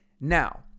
Now